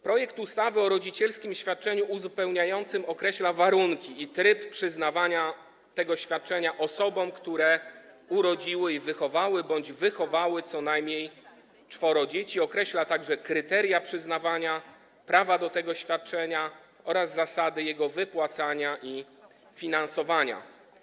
Projekt ustawy o rodzicielskim świadczeniu uzupełniającym określa warunki i tryb przyznawania tego świadczenia osobom, które urodziły i wychowały bądź wychowały co najmniej czworo dzieci, określa także kryteria przyznawania prawa do tego świadczenia oraz zasady jego wypłacania i finansowania.